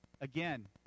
Again